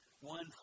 One